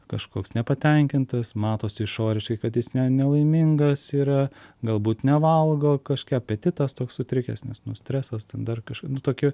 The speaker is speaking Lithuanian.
kažkoks nepatenkintas matosi išoriškai kad jis ne nelaimingas yra galbūt nevalgo kaž apetitas toks sutrikęs nes nu stresas ten dar kažką nu tokie